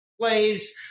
plays